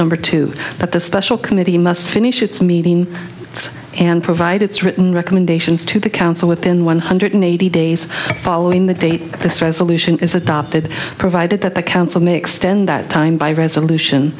number two the special committee must finish its meeting and provide its written recommendations to the council within one hundred eighty days following the date this resolution is adopted provided that the council may extend that time by resolution